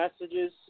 messages